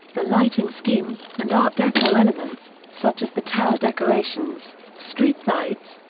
the lighting scheme, and art deco elements, such as the tower decorations, streetlights,